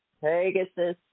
Pegasus